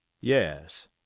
Yes